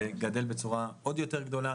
זה גדל בצורה עוד יותר גדולה.